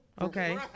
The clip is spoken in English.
Okay